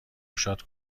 گشاد